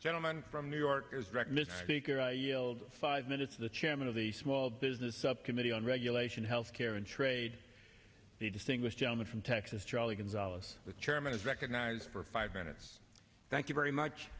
gentleman from new york is director five minutes the chairman of the small business subcommittee on regulation health care and trade the distinguished gentleman from texas charlie gonzales the chairman is recognized for five minutes thank you very much